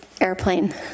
airplane